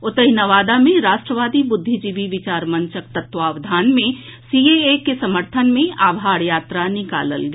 ओतहि नवादा मे राष्ट्रवादी बुद्धिजीवी विचार मंचक तत्वावधान मे सीएए के समर्थन मे आभार यात्रा निकालल गेल